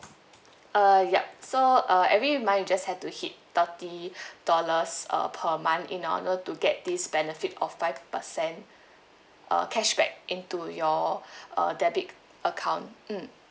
uh ya so uh every month you just had to hit thirty dollars uh per month in order to get this benefit of five percent uh cashback into your uh debit account mm